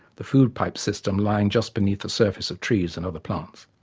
the food-pipe system lying just beneath the surface of trees and other plants.